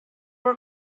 were